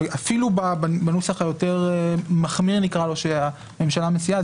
אפילו בנוסח היותר מחמיר שהממשלה מציעה,